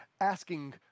asking